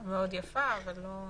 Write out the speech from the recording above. השר לביטחון פנים אמר שהוא כרגע לא חותם.